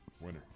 Winner